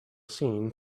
scene